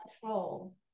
control